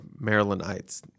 Marylandites